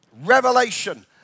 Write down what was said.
Revelation